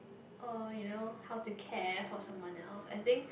oh you know how to care for someone else I think